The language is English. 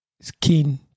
skin